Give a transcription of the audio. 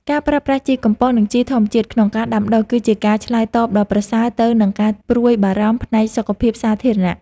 ការប្រើប្រាស់ជីកំប៉ុស្តនិងជីធម្មជាតិក្នុងការដាំដុះ គឺជាការឆ្លើយតបដ៏ប្រសើរទៅនឹងការព្រួយបារម្ភផ្នែកសុខភាពសាធារណៈ។